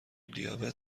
دیابت